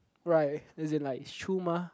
right as in like is true mah